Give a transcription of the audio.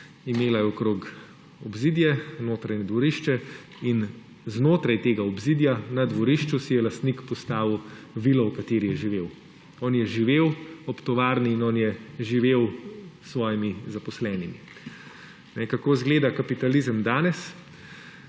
imela je okrog obzidje, notri dvorišče in znotraj tega obzidja na dvorišču si je lastnik postavil vilo, v kateri je živel. On je živel ob tovarni in on je živel s svojimi zaposlenimi. Kako izgleda kapitalizem danes?